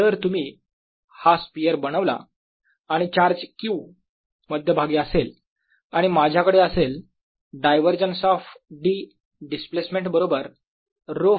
जर तुम्ही हा स्पियर बनवला आणि चार्ज Q मध्यभागी असेल आणि माझ्याकडे असेल डायवरजन्स ऑफ D डिस्प्लेसमेंट बरोबर ρfree